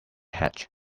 hatch